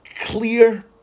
clear